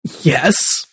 Yes